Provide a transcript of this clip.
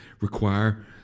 require